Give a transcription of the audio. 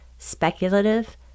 speculative